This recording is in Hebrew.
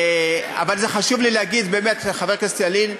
אבל חשוב לי להגיד, באמת, חבר הכנסת ילין,